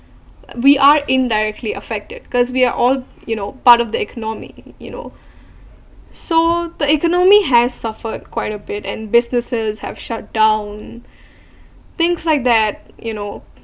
we are indirectly affected cause we are all you know part of the economy you know so the economy has suffered quite a bit and businesses have shut down things like that you know